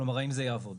כלומר האם זה יעבוד.